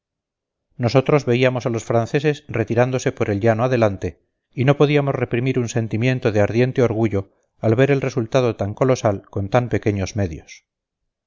nosotros veíamos a los franceses retirándose por el llano adelante y no podíamos reprimir un sentimiento de ardiente orgullo al ver el resultado tan colosal con tan pequeños medios